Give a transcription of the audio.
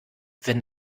wenn